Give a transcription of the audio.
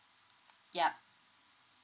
yup